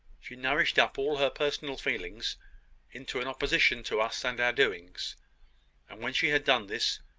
she nourished up all her personal feelings into an opposition to us and our doings and when she had done this,